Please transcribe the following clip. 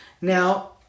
Now